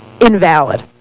invalid